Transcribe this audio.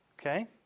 Okay